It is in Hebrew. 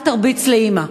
אל תרביץ לאימא,